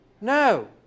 No